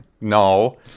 no